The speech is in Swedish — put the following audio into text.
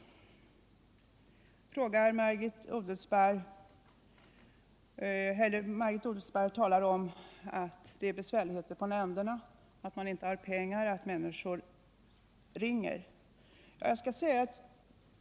Margit Odelsparr talar här om besvärligheterna ute i nämnderna. Det finns inga pengar, och människor ringer och frågar.